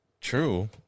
True